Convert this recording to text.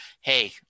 hey